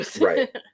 right